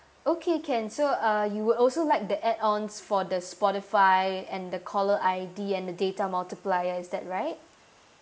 okay can so uh you would also like the add ons for the spotify and the caller I_D and the data multiplier is that right